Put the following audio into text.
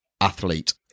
athlete